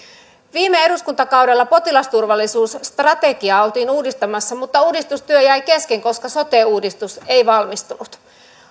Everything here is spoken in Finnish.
viime eduskuntakaudella potilasturvallisuusstrategiaa oltiin uudistamassa mutta uudistustyö jäi kesken koska sote uudistus ei valmistunut